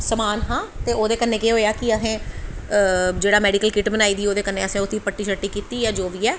समान हा ते ओह्दे कन्नै एह् होआ जेह्ड़ी मैडिकल किट बनाई दी ही असें पट्टी शट्टी कीती जो बी ऐ